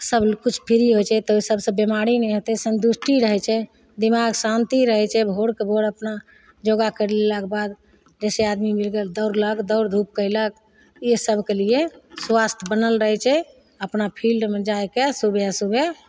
सबकिछु फ्री होइ छै तऽ ओहिसे सबसे बेमारी नहि हेतै सन्तुष्टि रहै छै दिमाग शान्ति रहै छै भोरके भोर अपना योगा करि लेलाके बाद जइसे आदमी मिलि गेल दौड़लक दौड़ धूप कएलक ईसबके लिए स्वास्थ्य बनल रहै छै अपना फील्डमे जाके सुबह सुबह